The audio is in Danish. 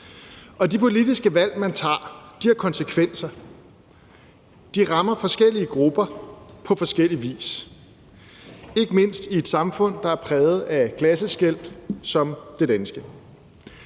Og de politiske valg, man tager, har konsekvenser. De rammer forskellige grupper på forskellig vis, ikke mindst i et samfund, der er præget af klasseskel som det danske.